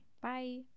bye